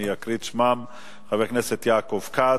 אני אקריא את שמותיהם: חבר הכנסת יעקב כץ,